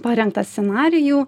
parengtą scenarijų